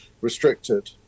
restricted